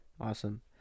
awesome